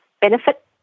benefit